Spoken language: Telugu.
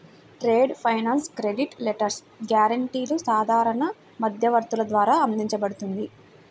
ట్రేడ్ ఫైనాన్స్ క్రెడిట్ లెటర్స్, గ్యారెంటీలు సాధారణ మధ్యవర్తుల ద్వారా అందించబడుతుంది